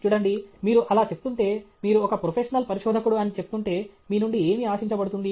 చూడండి మీరు అలా చెప్తుంటే మీరు ఒక ప్రొఫెషనల్ పరిశోధకుడు అని చెప్తుంటే మీ నుండి ఏమి ఆశించబడుతుంది